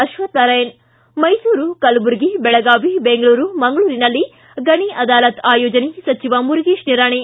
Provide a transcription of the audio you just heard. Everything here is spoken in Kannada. ಅಶ್ವತ್ಥ ನಾರಾಯಣ ಿ ಮೈಸೂರು ಕಲಬುರ್ಗಿ ಬೆಳಗಾವಿ ಬೆಂಗಳೂರು ಮಂಗಳೂರಿನಲ್ಲಿ ಗಣಿ ಅದಾಲತ್ ಆಯೋಜನೆ ಸಚಿವ ಮುರುಗೇಶ್ ನಿರಾಣಿ